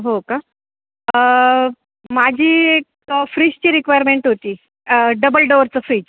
हो का माझी एक फ्रीजची रिक्वायरमेंट होती डबल डोअरचं फ्रीज